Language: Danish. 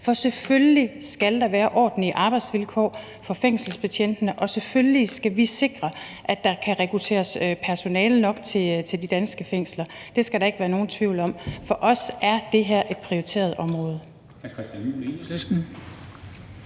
for selvfølgelig skal der være ordentlige arbejdsvilkår for fængselsbetjentene, og selvfølgelig skal vi sikre, at der kan rekrutteres personale nok til de danske fængsler; det skal der ikke være nogen tvivl om. For os er det her et prioriteret område.